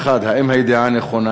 האם הידיעה נכונה?